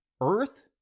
Earth